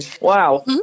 Wow